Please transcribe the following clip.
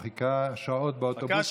הם חיכו שעות באוטובוסים.